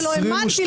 ולא האמנתי,